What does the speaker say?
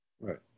Right